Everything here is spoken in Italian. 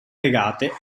regate